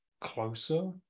closer